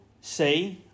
say